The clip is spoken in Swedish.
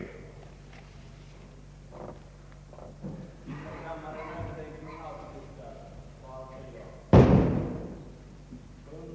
Till behandling i ett sammanhang hade utskottet förehaft